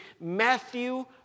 Matthew